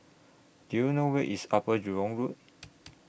Do YOU know Where IS Upper Jurong Road